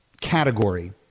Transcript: category